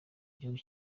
gihugu